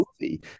movie